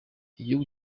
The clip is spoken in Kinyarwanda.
igihugu